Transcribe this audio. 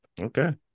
Okay